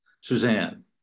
suzanne